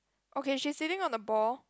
okay she is sitting on the ball